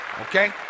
Okay